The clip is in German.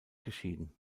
geschieden